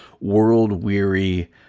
world-weary